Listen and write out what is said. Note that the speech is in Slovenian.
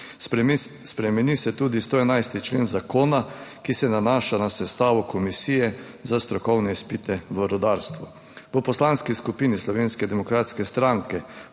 Spremeni se tudi 111. člen zakona, ki se nanaša na sestavo komisije za strokovne izpite v rudarstvu. V Poslanski skupini Slovenske demokratske stranke